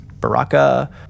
Baraka